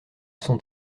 sont